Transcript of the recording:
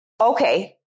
okay